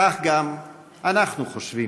כך גם אנחנו חושבים,